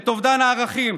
את אובדן הערכים,